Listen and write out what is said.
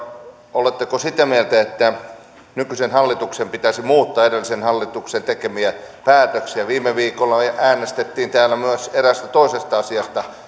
oletteko sitä mieltä että nykyisen hallituksen pitäisi muuttaa edellisen hallituksen tekemiä päätöksiä viime viikolla äänestettiin täällä myös eräästä toisesta asiasta